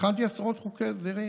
והכנתי עשרות חוקי הסדרים.